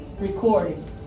Recording